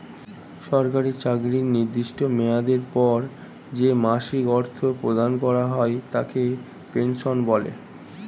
সরকারি চাকরির নির্দিষ্ট মেয়াদের পর যে মাসিক অর্থ প্রদান করা হয় তাকে পেনশন বলে